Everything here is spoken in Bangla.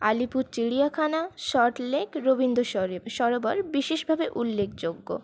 আলিপুর চিড়িয়াখানা সল্টলেক রবীন্দ্র সরোবর বিশেষভাবে উল্লেখযোগ্য